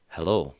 Hello